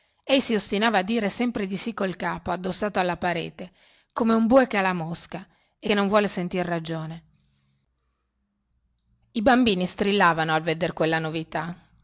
ei si ostinava a dire sempre di sì col capo addossato alla parete come un bue che ha la mosca e non vuol sentir ragione i bambini strillavano al veder quelle